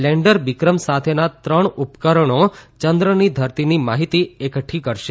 lander Vikram સાથેના ત્રણ ઉપકરણો યંદ્રની ધરતીની માહિતી એકઠી કરશે